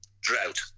drought